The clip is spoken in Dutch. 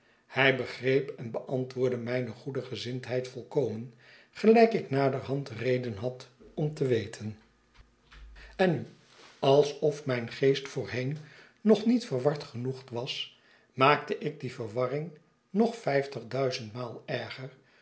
hij begreep en beantwoordde mijne goede gezindheid volkomen gelijk ik naderhand reden had om te weten de vreemde heer en nu alsof mijn geest voorheen nog niet verward genoeg was maakte ik die verwarring nog vijfligduizendmaal erger